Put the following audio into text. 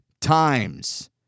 times